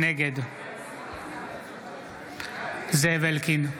נגד זאב אלקין,